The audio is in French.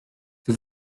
que